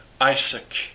Isaac